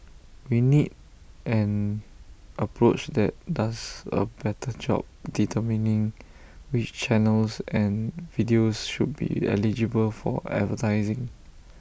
we need an approach that does A better job determining which channels and videos should be eligible for advertising